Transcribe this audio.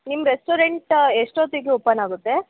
ನಿಮ್ಮ ರೆಸ್ಟೋರೆಂಟ ಎಷ್ಟೊತ್ತಿಗೆ ಓಪನ್ ಆಗುತ್ತೆ